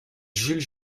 jules